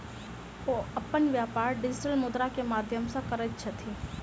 ओ अपन व्यापार डिजिटल मुद्रा के माध्यम सॅ करैत छथि